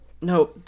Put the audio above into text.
no